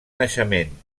naixement